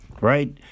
right